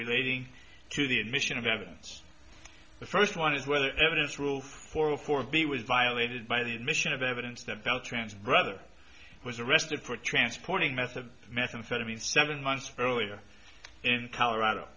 relating to the admission of evidence the first one is whether the evidence rule for or for b was violated by the admission of evidence that bell trans brother was arrested for transporting meth of methamphetamine seven months earlier in colorado